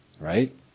right